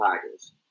Tigers